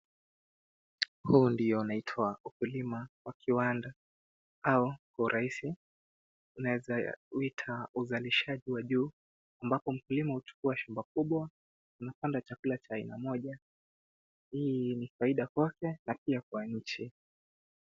Huu ndio unaitwa ukulima wa kiwanda au kwa urahisi unaweza uita uzalishaji wa juu ambapo mkulima huchukua shamba kubwa. Anapanda chakula cha aina moja. Hii ni faida kwake na pia kwa nchi.